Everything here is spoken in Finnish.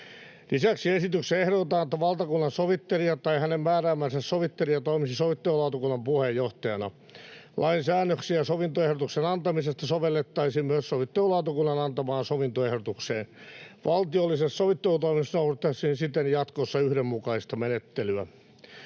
Lisäksi esityksessä ehdotetaan, että valtakunnansovittelija tai hänen määräämänsä sovittelija toimisi sovittelulautakunnan puheenjohtajana. Lain säännöksiä sovintoehdotuksen antamisesta sovellettaisiin myös sovittelulautakunnan antamaan sovintoehdotukseen. Valtiollisilla sovittelutoimilla saavutettaisiin siten jatkossa yhdenmukaista menettelyä.